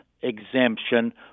exemption